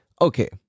Okay